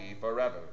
forever